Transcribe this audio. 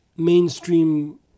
mainstream